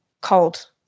cold